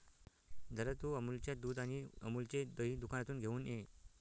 दादा, तू अमूलच्या दुध आणि अमूलचे दही दुकानातून घेऊन ये